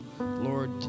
lord